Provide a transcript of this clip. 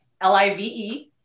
L-I-V-E